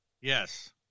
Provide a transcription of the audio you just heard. Yes